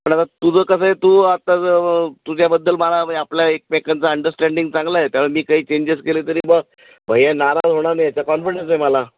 पण आता तुझं कसंय तू आत्ता ज तुझ्याबद्दल मला आपल्या एकमेकांचा अंडरस्टँडिंग चांगला आहे त्यामुळे मी काही चेंजेस केले तरी भैया नाराज होणार नाही याचा कॉन्फिडन्स आहे मला